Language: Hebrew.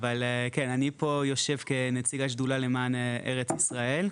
אני פה יושב כנציג השדולה למען ארץ ישראל.